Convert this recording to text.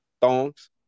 Thongs